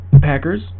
Packers